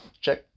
check